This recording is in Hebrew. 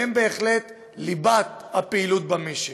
והם בהחלט ליבת הפעילות במשק.